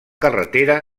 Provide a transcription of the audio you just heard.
carretera